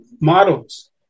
models